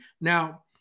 Now